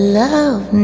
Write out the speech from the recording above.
love